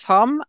Tom